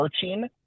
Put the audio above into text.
searching